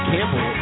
Campbell